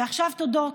ועכשיו תודות,